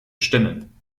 stimmen